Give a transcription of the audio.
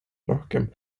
rohkem